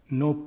no